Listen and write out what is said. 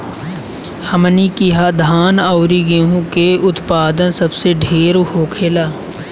हमनी किहा धान अउरी गेंहू के उत्पदान सबसे ढेर होखेला